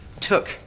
took